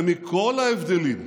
ומכל ההבדלים,